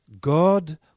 God